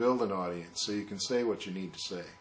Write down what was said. build an audience so you can say what you need to say